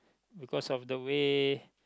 because of the way